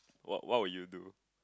what what would you do